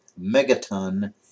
megaton